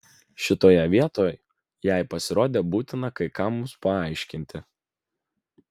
šitoje vietoj jai pasirodė būtina kai ką mums paaiškinti